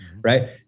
Right